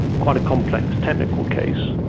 quite a complex, technical case,